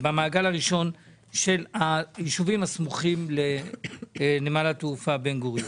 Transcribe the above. הראשון של היישובים הסמוכים לנמל התעופה בן גוריון.